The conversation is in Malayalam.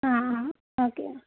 ആ ആ ഓക്കെ